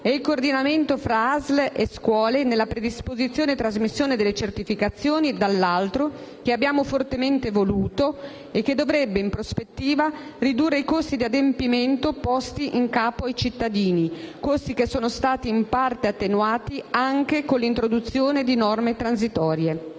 e il coordinamento fra ASL e scuole nella predisposizione e trasmissione delle certificazioni, dall'altro, che abbiamo fortemente voluto e che dovrebbe, in prospettiva, ridurre i costi di adempimento posti in capo ai cittadini. Questi costi sono stati in parte attenuati anche con l'introduzione di norme transitorie.